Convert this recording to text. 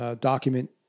document